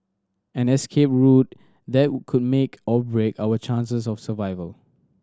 an escape route that could make or break our chances of survival